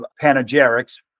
panegyrics